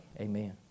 Amen